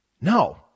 No